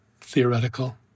theoretical